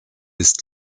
ist